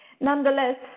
Nonetheless